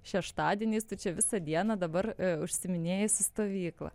šeštadieniais tu čia visą dieną dabar užsiiminėji su stovykla